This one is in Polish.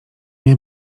nie